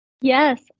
Yes